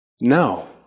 No